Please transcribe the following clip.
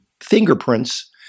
fingerprints